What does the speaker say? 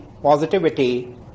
Positivity